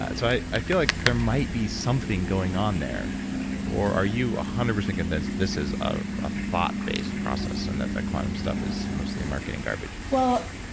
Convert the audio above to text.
ah so i feel like there might be something going on there or are you one hundred percent convinced this is a ah thought based process and that the quantum stuff is mostly marketing garbage? well,